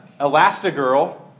Elastigirl